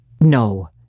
No